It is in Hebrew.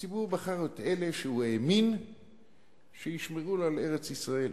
הציבור בחר את אלה שהוא האמין שישמרו לו על ארץ-ישראל,